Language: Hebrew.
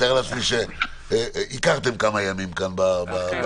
מתאר לעצמי שהכרתם כמה ימים כאן בבניין.